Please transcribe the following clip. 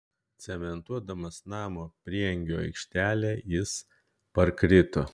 cementuodamas namo prieangio aikštelę jis parkrito